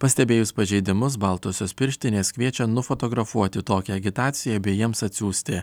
pastebėjus pažeidimus baltosios pirštinės kviečia nufotografuoti tokią agitaciją bei jiems atsiųsti